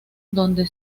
donde